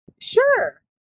sure